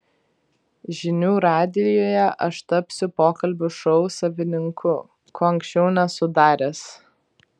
žinių radijuje aš tapsiu pokalbių šou savininku ko anksčiau nesu daręs